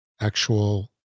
actual